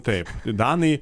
taip danai